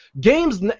Games